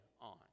on